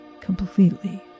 completely